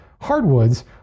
Hardwoods